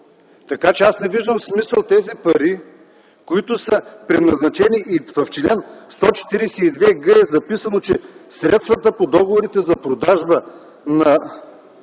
Аз не виждам смисъл тези пари, които са предназначени, и в чл. 142г е записано, че: „Средствата по договорите за продажба на